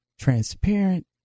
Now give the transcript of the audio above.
transparent